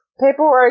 paperwork